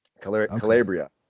calabria